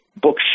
bookshelf